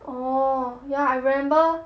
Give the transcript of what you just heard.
orh ya I remember